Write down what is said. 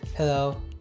Hello